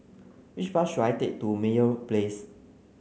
which bus should I take to Meyer Place